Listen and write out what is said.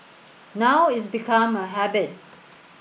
now it's become a habit